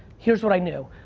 here's what i knew.